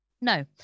No